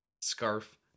Scarf